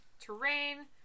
terrain